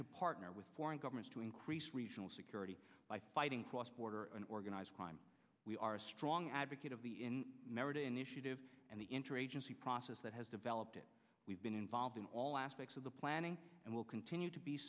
to partner with foreign governments to increase regional security by fighting cross border and organized crime we are a strong advocate of the in merit initiative and the interagency the process that has developed we've been involved in all aspects of the planning and will continue to be